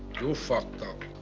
you fucked up.